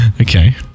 Okay